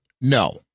No